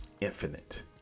infinite